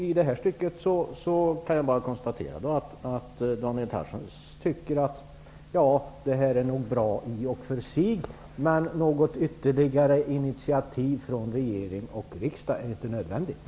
I det stycket kan jag bara konstatera att Daniel Tarschys tycker att det här i och för sig är bra, men att något ytterligare initiativ från regering och riksdag inte är nödvändigt.